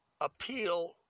appeal